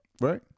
Right